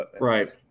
Right